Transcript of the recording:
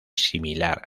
similar